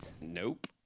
nope